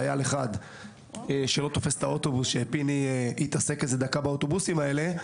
חייל אחד שלא תופס את האוטובוס שפיני התעסק איזה דקה באוטובוסים האלה,